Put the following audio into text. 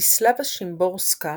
ויסלבה שימבורסקה